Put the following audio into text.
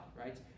right